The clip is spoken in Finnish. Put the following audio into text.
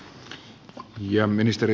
oletteko te sillä